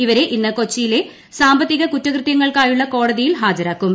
ഇപ്പ്ര്രെ ഇന്ന് കൊച്ചിയിലെ സാമ്പത്തിക കുറ്റകൃത്യങ്ങൾശ്ക്കാ്യുള്ള കോടതിയിൽ ഹാജരാക്കും